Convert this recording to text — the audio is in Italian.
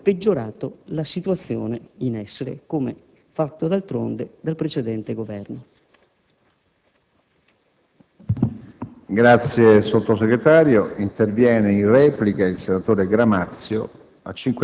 semmai peggiorato la situazione in essere, come fatto d'altronde dal precedente Governo.